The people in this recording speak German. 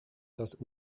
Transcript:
dass